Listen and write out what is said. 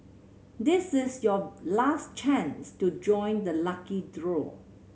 this is your last chance to join the lucky draw